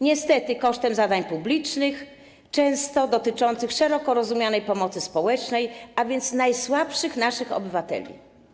Niestety kosztem zadań publicznych, często dotyczących szeroko rozumianej pomocy społecznej, a więc naszych najsłabszych obywateli.